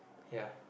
ya